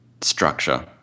structure